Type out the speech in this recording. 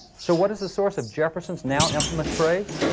so what is the source of jefferson's now infamous phrase?